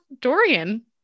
Dorian